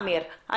אמיר,